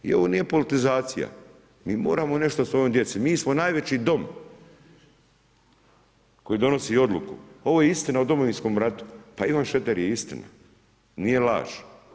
I ovo nije politizacija, mi moramo nešto svojoj djeci, mi smo najveći dom koji donosi odluku, ovo je istina o Domovinskom ratu pa Ivan Šreter je istina, nije laž.